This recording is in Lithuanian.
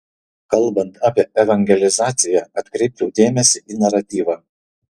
kalbant apie evangelizaciją atkreipčiau dėmesį į naratyvą